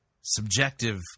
subjective